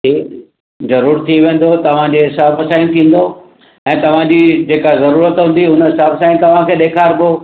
जरूर थी वेंदो तव्हांजे हिसाब सां ई थींदो ऐं तव्हांजी जेका ज़रूरत हूंदी हुन हिसाब सां ई तव्हांखे ॾेखारिबो